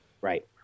Right